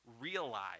realize